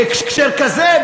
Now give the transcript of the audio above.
בהקשר כזה,